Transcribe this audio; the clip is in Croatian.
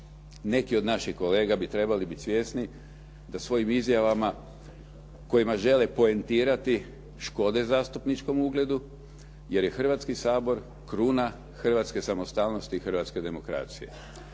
Neki od naših kolega bi trebali biti svjesni da svojim izjavama kojima žele poentirati škode zastupničkom ugledu, jer je Hrvatski sabor kruna hrvatske samostalnosti i hrvatske demokracije.